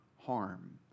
harm